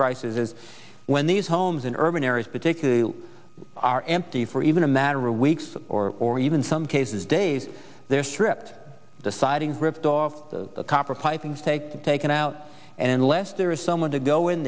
crisis is when these homes in urban areas particularly are empty for even a matter of weeks or or even some cases days they're stripped the siding ripped off the copper piping taken out and unless there is someone to go in